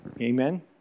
Amen